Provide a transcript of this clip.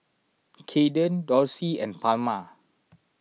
Kayden Dorsey and Palma